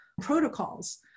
protocols